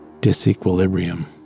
disequilibrium